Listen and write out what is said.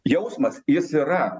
jausmas jis yra